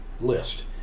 list